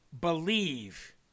believe